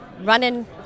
running